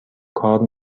کار